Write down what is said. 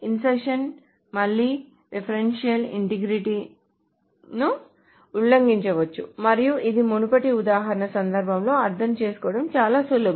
insertion మళ్లీ referential integrity ను ఉల్లంఘించవచ్చు మరియు ఇది మునుపటి ఉదాహరణ సందర్భంలో అర్థం చేసుకోవడం చాలా సులభం